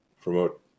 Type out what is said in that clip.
promote